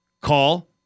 call